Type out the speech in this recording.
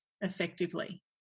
effectively